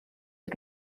are